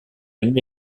une